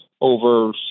over